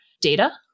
data